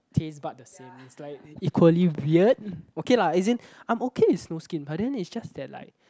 taste bud the same is like equally weird okay lah as in I'm okay with snow skin but then is just that like